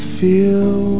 feel